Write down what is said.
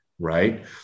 right